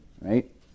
right